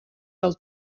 del